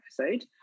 episode